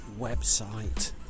website